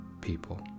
people